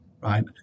right